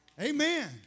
Amen